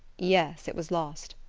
yes it was lost.